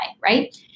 right